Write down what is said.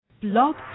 Blog